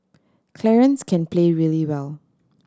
Clarence can play really well